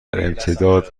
امتداد